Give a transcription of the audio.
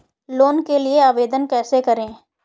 Loan के लिए आवेदन कैसे करें?